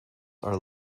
are